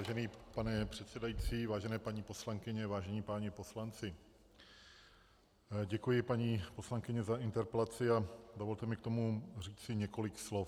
Vážený pane předsedající, vážené paní poslankyně, vážení páni poslanci, děkuji paní poslankyni za interpelaci a dovolte mi k tomu říci několik slov.